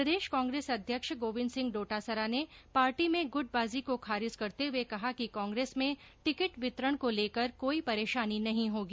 प्रदेश कांग्रेस अध्यक्ष गोविन्द सिंह डोटासरा ने पार्टी में गुटबाजी को खारिज करते हुये कहा है कि कांग्रेस में टिकिट वितरण को लेकर कोई परेशानी नहीं होगी